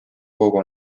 hoogu